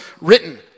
written